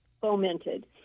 fomented